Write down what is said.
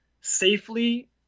safely